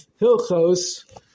Hilchos